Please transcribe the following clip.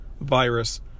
virus